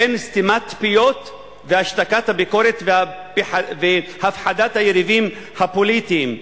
הן סתימת פיות והשתקת הביקורת והפחדת היריבים הפוליטיים.